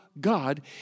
God